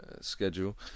schedule